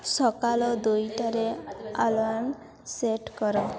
ସକାଳ ଦୁଇଟାରେ alarm set କର